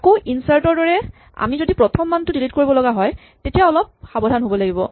আকৌ ইনচাৰ্ট ৰ দৰে আমি যদি প্ৰথম মানটো ডিলিট কৰিবলগা হয় তেতিয়া অলপ সাৱধান হ'ব লাগিব